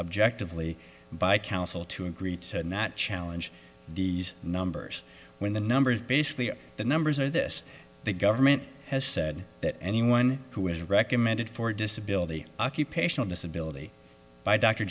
objectively by council to agree to not challenge the numbers when the numbers basically the numbers are this the government has said that anyone who is recommended for disability occupational disability by d